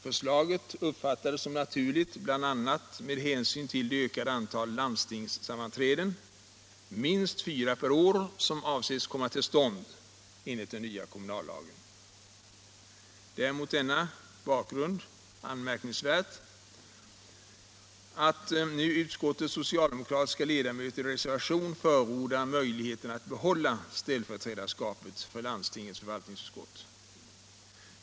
Förslaget uppfattades som naturligt bl.a. med hänsyn till det ökade antal landstingssammanträden — minst fyra per år — som avses komma till stånd enligt den nya kommunallagen. Det är mot denna bakgrund anmärkningsvärt att nu utskottets socialdemokratiska ledamöter i reservation förordar möjligheten att behålla ställföreträdarskapet för landstingets förvaltningsutskott.